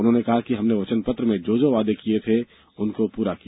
उन्होंने कहा कि हमने वचनपत्र में जो जो वादे किये थे उनको पूरा किया